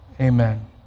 Amen